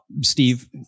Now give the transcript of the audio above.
Steve